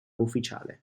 ufficiale